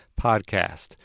podcast